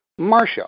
Marsha